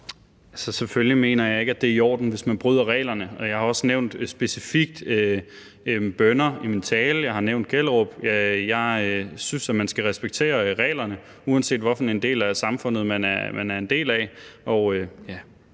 Selvfølgelig mener jeg ikke, det er i orden, hvis man bryder reglerne, og jeg har også specifikt nævnt bønner i min tale, og jeg har nævnt Gellerup. Jeg synes, at man skal respektere reglerne, uanset hvilken del af samfundet man tilhører.